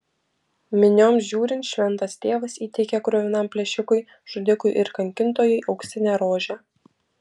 minioms žiūrint šventas tėvas įteikė kruvinam plėšikui žudikui ir kankintojui auksinę rožę